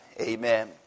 Amen